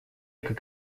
как